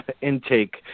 intake